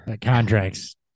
Contracts